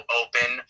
open